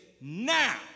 now